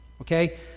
okay